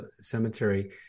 cemetery